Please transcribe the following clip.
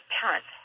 parents